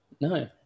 No